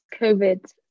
Covid